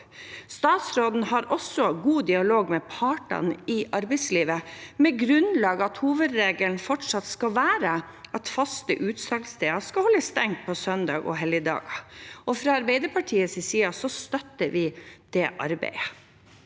Statsråden har også god dialog med partene i arbeidslivet, med det grunnlag at hovedregelen fortsatt skal være at faste utsalgssteder skal holde stengt på søndager og helligdager, og fra Arbeiderpartiets side støtter vi det arbeidet.